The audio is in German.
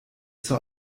zur